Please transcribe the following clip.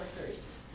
workers